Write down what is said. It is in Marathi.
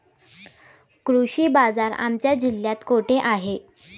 कृषी बाजार आमच्या जिल्ह्यात कुठे आहे?